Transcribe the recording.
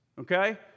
Okay